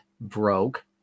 broke